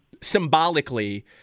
symbolically